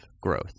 growth